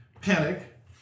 panic